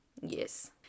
Yes